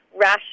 rash